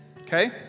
Okay